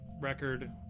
record